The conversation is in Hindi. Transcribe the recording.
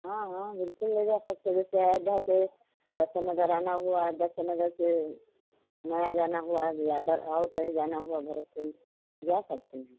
हाँ हाँ बिल्कुल ले जा सकते जैसे अयोध्या से दर्शन नगर आना हुआ दर्शन नगर से नया जाना हुआ अदर और कहीं जाना हुआ भरतकुंड जा सकते हैं